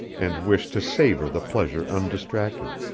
and wished to savor the pleasure undistracted.